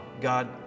God